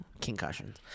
concussions